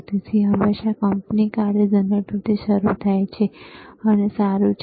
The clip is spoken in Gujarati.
તેથી તે હંમેશા કંપની કાર્ય જનરેટરથી શરૂ થાય છે અને તે સારું છે